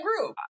group